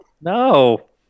No